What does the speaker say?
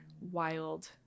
wild